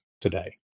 today